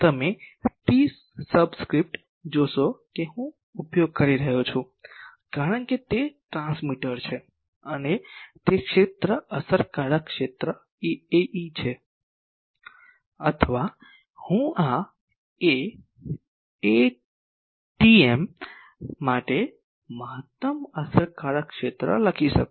તમે T subscript જોશો કે હું ઉપયોગ કરી રહ્યો છું કારણ કે તે ટ્રાન્સમીટર છે અને તે ક્ષેત્ર અસરકારક ક્ષેત્ર Ae છે અથવા હું આ Atm માટે મહત્તમ અસરકારક ક્ષેત્ર લખી શકું છું